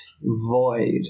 void